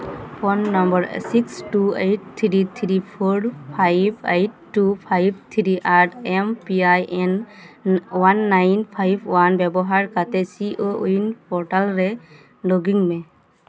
phone number six two eight three three four five eight two five three R M P I ᱤᱱ one nine five one ᱵᱮᱵᱚᱦᱟᱨ ᱠᱟᱛᱮ ᱠᱳ ᱩᱭᱤᱱ portal ᱨᱮ login ᱢᱮ